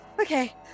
Okay